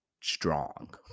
strong